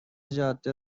جاده